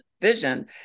vision